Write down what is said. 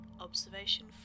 Observation